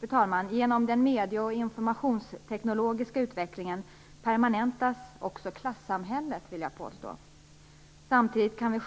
Fru talman! Genom den medie och informationsteknologiska utvecklingen permanentas också klasssamhället. Samtidigt kan vi